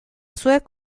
zuek